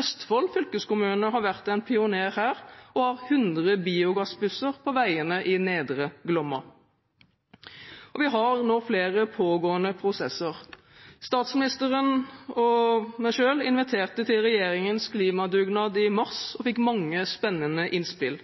Østfold fylkeskommune har vært en pioner her og har 100 biogassbusser på veiene i Nedre Glomma. Vi har flere pågående prosesser: Statsministeren og jeg inviterte til regjeringens klimadugnad i mars og fikk mange spennende innspill.